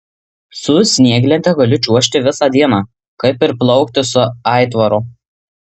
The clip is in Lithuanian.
su snieglente galiu čiuožti visą dieną kaip ir plaukti su aitvaru